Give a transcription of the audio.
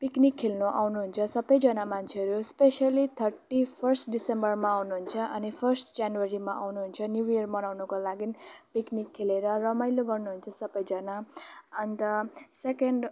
picnic खेल्नु आउनुहुन्छ सबैजना मान्छेहरू स्पेसल्ली थर्टी फर्स्ट दिसम्बरमा आउनुहुन्छ अनि फर्स्ट जनवरीमा आउनुहुन्छ न्यू इयर मनाउनुको लागि पिक्निक खेलेर रमाइलो गर्नुहुन्छ सबैजना अन्त सेकेन्ड